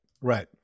right